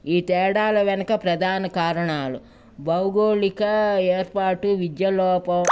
ఈ తేడాల వెనక ప్రధాన కారణాలు భౌగోళిక ఏర్పాటు విద్య లోపం